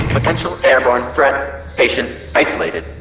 potential airborne threat patient isolated.